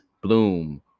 bloom